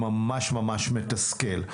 ממש ממש מתסכל.